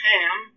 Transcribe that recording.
Ham